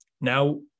now